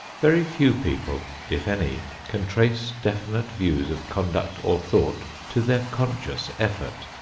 very few people, if any, can trace definite views of conduct or thought to their conscious effort,